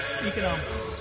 economics